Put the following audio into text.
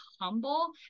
humble